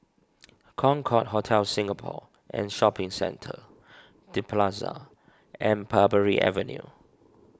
Concorde Hotel Singapore and Shopping Centre the Plaza and Parbury Avenue